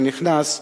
שנכנס עכשיו,